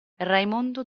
raimondo